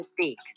speak